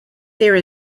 there